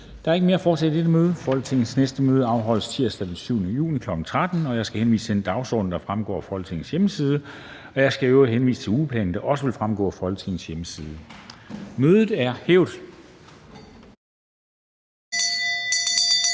Der er ikke mere at foretage i dette møde. Folketingets næste møde afholdes tirsdag den 7. juni 2022, kl. 13.00. Jeg skal henvise til den dagsorden, der fremgår af Folketingets hjemmeside. Jeg skal i øvrigt henvise til ugeplanen, der også vil fremgå af Folketingets hjemmeside. Mødet er hævet.